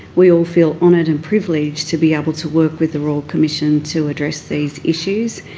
we all feel honoured and privileged to be able to work with the royal commission to address these issues.